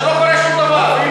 כשלא קורה שום דבר?